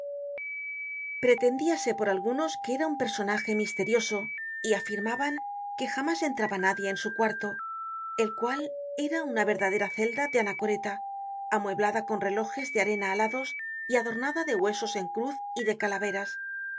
pretendíase por algunos que era un personaje misterioso y afirmaban que jamás entraba nadie en su cuarto el cual era una verdadera celda de anacoreta amueblada con relojes de arena alados y adornada de huesos en cruz y de calaveras